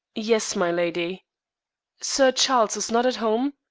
yes, milady. sir charles is not at home?